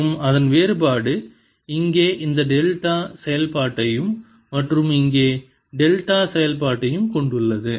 மற்றும் அதன் வேறுபாடு இங்கே இந்த டெல்டா செயல்பாட்டையும் மற்றும் இங்கே டெல்டா செயல்பாட்டையும் கொண்டுள்ளது